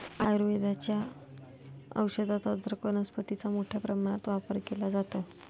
आयुर्वेदाच्या औषधात अदरक वनस्पतीचा मोठ्या प्रमाणात वापर केला जातो